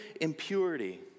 impurity